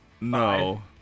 No